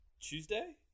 Tuesday